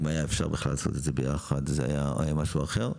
אם היה אפשר לעשות את זה ביחד, זה היה משהו אחר.